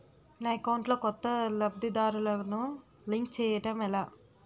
నా అకౌంట్ లో కొత్త లబ్ధిదారులను లింక్ చేయటం ఎలా?